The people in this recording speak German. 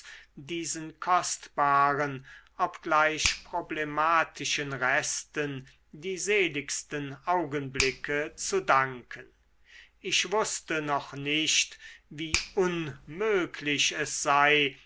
diesen kostbaren obgleich problematischen resten die seligsten augenblicke zu danken ich wußte noch nicht wie unmöglich es sei